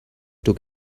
took